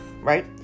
right